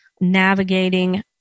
navigating